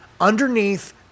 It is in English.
Underneath